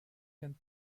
can